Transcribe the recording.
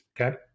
Okay